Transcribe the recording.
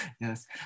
Yes